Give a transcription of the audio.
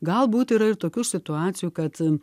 galbūt yra ir tokių situacijų kad